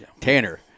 Tanner